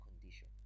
condition